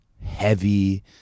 heavy